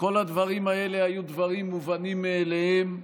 כל הדברים האלה היו דברים מובנים מאליהם,